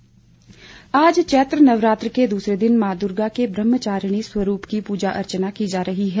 नवरात्र आज चैत्र नवरात्र के दूसरे दिन मां दुर्गा के बह्मचारिणी स्वरूप की प्रजा अर्चना की जा रही है